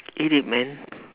eat it man